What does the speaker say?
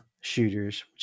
shooters